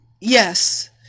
Yes